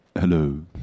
Hello